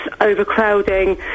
overcrowding